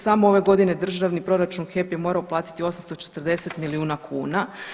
Samo ove godine u državni proračun HEP je morao uplatiti 840 milijuna kuna.